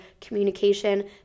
communication